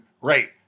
right